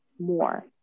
more